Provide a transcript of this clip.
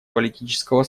политического